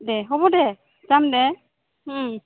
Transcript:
দে হ'ব দে যাম দে